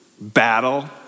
Battle